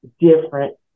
different